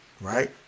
Right